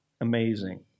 Amazing